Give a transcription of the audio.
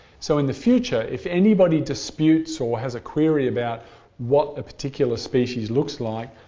so in the future, if anybody disputes or has a query about what a particular species looks like,